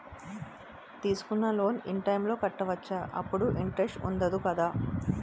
తీసుకున్న loan in time లో కట్టవచ్చ? అప్పుడు ఇంటరెస్ట్ వుందదు కదా?